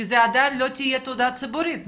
כי זו עדיין לא תהיה תעודה ציבורית נכון?